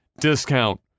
discount